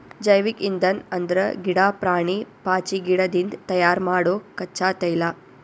ಜೈವಿಕ್ ಇಂಧನ್ ಅಂದ್ರ ಗಿಡಾ, ಪ್ರಾಣಿ, ಪಾಚಿಗಿಡದಿಂದ್ ತಯಾರ್ ಮಾಡೊ ಕಚ್ಚಾ ತೈಲ